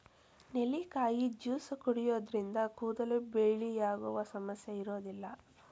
ನೆಲ್ಲಿಕಾಯಿ ಜ್ಯೂಸ್ ಕುಡಿಯೋದ್ರಿಂದ ಕೂದಲು ಬಿಳಿಯಾಗುವ ಸಮಸ್ಯೆ ಇರೋದಿಲ್ಲ